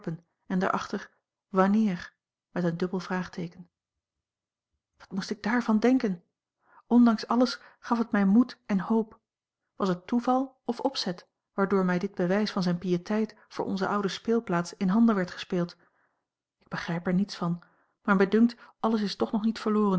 en daarachter wanneer met een dubbel vraagteeken wat moest ik daarvan denken ondanks alles gaf het mij moed en hoop was het toeval of opzet waardoor mij dit bewijs van zijne piëteit voor onze oude speelplaats in handen werd gespeeld ik begrijp er niets van maar mij dunkt alles is toch nog niet verloren